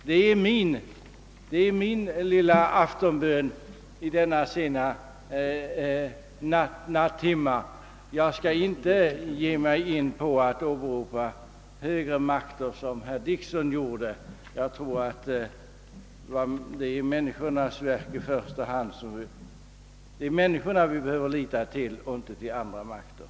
Detta är min lilla aftonbön i denna sena nattimme. Jag skall inte ge mig in på att åberopa högre makter, vilket herr Dickson gjorde. Det är i första hand människorna själva vi måste lita till.